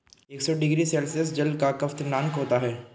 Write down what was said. एक सौ degree Celsius जल का क्वथनांक होता है